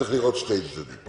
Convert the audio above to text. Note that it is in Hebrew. צריך לראות גם את הצד השני.